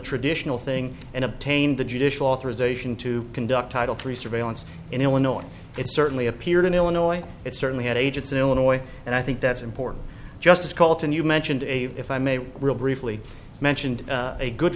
traditional thing and obtained the judicial authorization to conduct title three surveillance in illinois it certainly appeared in illinois it certainly had agents in illinois and i think that's important justice call it and you mentioned even if i may real briefly mentioned a good